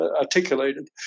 articulated